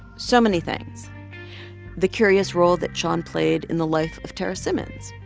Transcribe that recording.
so many things the curious role that shon played in the life of tarra simmons,